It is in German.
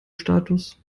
status